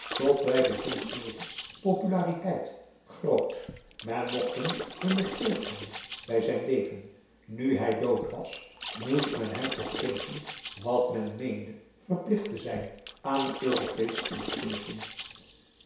tot wijlen john silvers populariteit groot men mocht hem genegeerd hebben bij zijn leven nu hij dood was moest men hem toch geven wat men meende verplicht te zijn aan een europeesch ingezetene